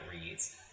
reads